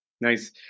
Nice